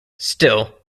still